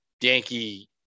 Yankee